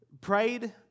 prayed